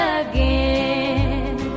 again